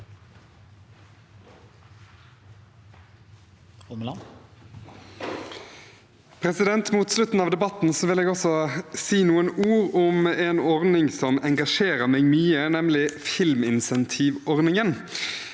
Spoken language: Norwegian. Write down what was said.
Mot slutten av debatten vil jeg også si noen ord om en ordning som engasjerer meg mye, nemlig filminsentivordningen.